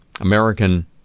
American